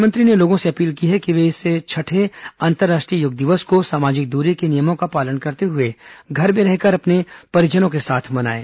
प्रधानमंत्री ने लोगों से अपील की है कि वे इस छठे अंतर्राष्ट्रीय योग दिवस को सामाजिक दूरी के नियमों का पालन करते हुए घर में रहकर अपने परिजनों के साथ मनाएं